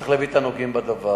צריך להביא את הנוגעים בדבר.